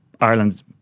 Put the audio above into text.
Ireland